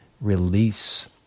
release